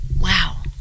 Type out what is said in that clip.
Wow